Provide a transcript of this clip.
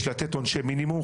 יש לתת עונשי מינימום,